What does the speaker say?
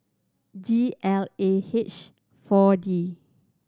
G L A H Four D